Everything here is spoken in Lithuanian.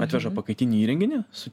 atveža pakaitinį įrenginį su